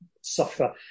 suffer